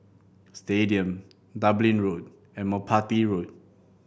Stadium Dublin Road and Merpati Road